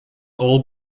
all